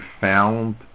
found